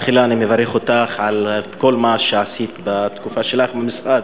תחילה אני מברך אותך על כל מה שעשית בתקופה שלך במשרד.